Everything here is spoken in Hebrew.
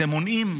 אתם מונעים,